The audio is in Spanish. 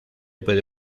puede